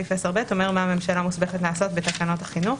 סעיף 10(ב) אומר מה הממשלה מוסמכת לעשות בתקנות החינוך,